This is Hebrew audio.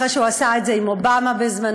אחרי שהוא עשה את זה עם אובמה בזמנו.